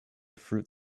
fruit